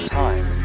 time